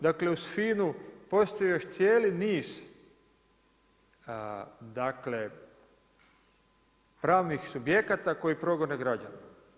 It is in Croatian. Dakle uz FINA-u postoji još cijeli niz, dakle pravnih subjekata koji progone građane.